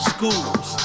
Schools